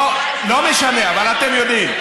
לא משנה, אבל אתם יודעים.